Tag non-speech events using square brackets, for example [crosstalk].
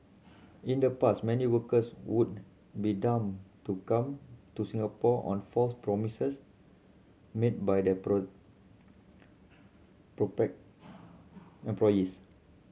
in the past many workers would be duped to come to Singapore on false promises made by their [unintelligible] prospect employees